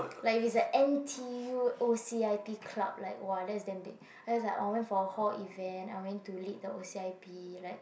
like if it's like N_T_U O_C_I_P club right !wah! that's damn big then it's like oh I went to hall event I went to lead the O_C_I_P like